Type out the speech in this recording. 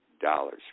dollars